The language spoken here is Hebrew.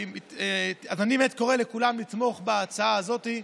אני קורא לכולם לתמוך בהצעה הזאת,